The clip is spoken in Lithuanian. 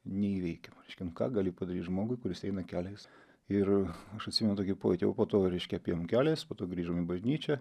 neįveikiama reiškia nu ką gali padaryti žmogui kuris eina keliais ir aš atsimenu tokį pojūtį o po to reiškia apėjom keliais po to grįžom į bažnyčią